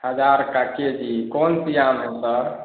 हज़ार का केजी कौन सी आम है वह सर